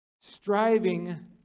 striving